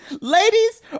Ladies